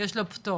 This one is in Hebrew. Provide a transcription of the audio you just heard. יש לו פטור.